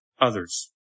others